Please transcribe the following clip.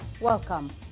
Welcome